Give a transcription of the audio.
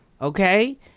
okay